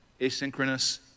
asynchronous